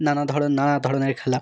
নানা ধরন নানা ধরনের খেলা